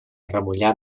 remullar